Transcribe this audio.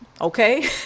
okay